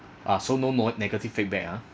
ah so no more negative feedback ah